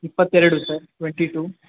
ಇಪ್ಪತ್ತೆರಡು sir twenty to